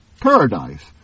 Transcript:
paradise